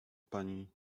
pani